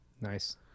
nice